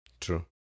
True